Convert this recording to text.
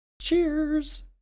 cheers